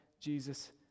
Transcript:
Jesus